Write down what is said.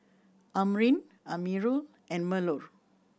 Amrin Amirul and Melur